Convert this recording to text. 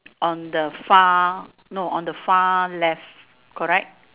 on the far no on the far left correct